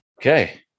Okay